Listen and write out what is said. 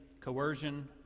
coercion